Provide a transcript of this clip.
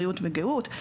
בריאות וגהות,